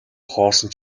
хоосон